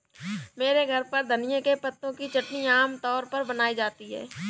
मेरे घर पर धनिए के पत्तों की चटनी आम तौर पर बनाई जाती है